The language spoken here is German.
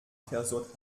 versucht